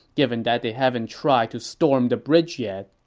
given that they haven't tried to storm the bridge yet